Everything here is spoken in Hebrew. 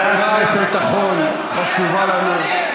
השמירה על הביטחון חשובה לנו,